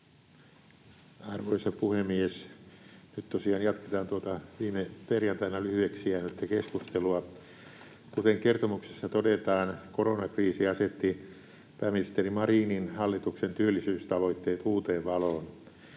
Arvoisa puhemies! Nyt tosiaan jatketaan viime perjantaina lyhyeksi jäänyttä keskustelua. Kuten kertomuksessa todetaan, koronakriisi asetti pääministeri Marinin hallituksen työllisyystavoitteet uuteen valoon.